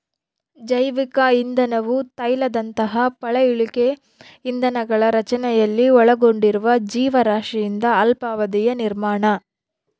ಜೈವಿಕ ಇಂಧನವು ತೈಲದಂತಹ ಪಳೆಯುಳಿಕೆ ಇಂಧನಗಳ ರಚನೆಯಲ್ಲಿ ಒಳಗೊಂಡಿರುವ ಜೀವರಾಶಿಯಿಂದ ಅಲ್ಪಾವಧಿಯ ನಿರ್ಮಾಣ